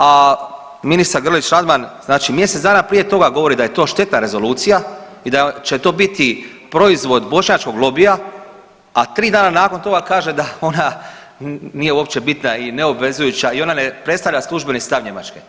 A ministar Grlić Radman znači mjesec dana prije toga govori da je to štetna rezolucija i da će to biti proizvod bošnjačkog lobija, a tri dana nakon toga kaže da ona nije uopće bitna i neobvezujuća i ona ne predstavlja službeni stav Njemačke.